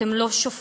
אתם לא שופטים.